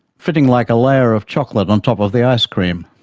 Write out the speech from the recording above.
fitting like a layer of chocolate on top of the ice cream.